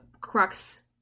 crux